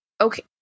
okay